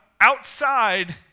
outside